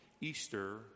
Easter